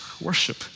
worship